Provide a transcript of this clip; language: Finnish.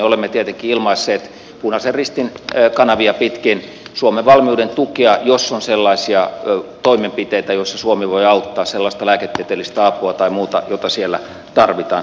olemme tietenkin ilmaisseet punaisen ristin kanavia pitkin suomen valmiuden tukea jos on sellaisia toimenpiteitä joissa suomi voi auttaa sellaista lääketieteellistä apua tai muuta jota siellä tarvitaan